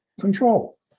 control